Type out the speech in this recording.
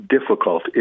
Difficult